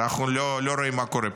שאנחנו לא רואים מה קורה פה,